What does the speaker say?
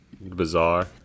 bizarre